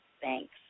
Thanks